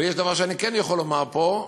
אבל יש דבר שאני כן יכול לומר פה,